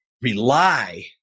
Rely